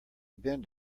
bend